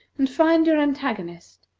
and find your antagonist,